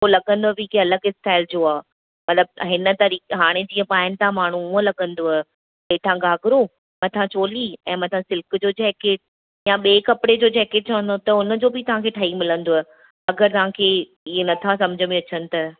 पोइ लॻंदुव बि कि अलॻि स्टाइल जो आहे अलॻि हिन तरीक़े हाणे जीअं पाइनि था माण्हूं ऊअं लॻंदुव हेठां घाघरो मथां चोली ऐं मथां सिल्क जो जैकिट या ॿिए कपिड़े जो जैकिट चवंदव त उन जो बि तव्हां खे ठही मिलंदुव अगरि तव्हां खे इहे न था समुझ में अचनि त